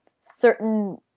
certain